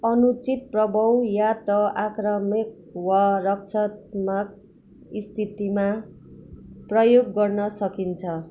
अनुचित प्रभाव या त आक्रामिक वा रक्षात्मक स्थितिमा प्रयोग गर्न सकिन्छ